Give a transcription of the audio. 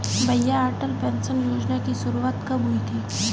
भैया अटल पेंशन योजना की शुरुआत कब हुई थी?